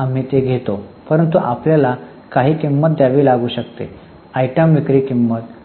आम्ही ते घेतो परंतु आपल्याला काही किंमत द्यावी लागू शकते आयटम विक्री किंमत